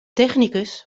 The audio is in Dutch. technicus